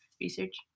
research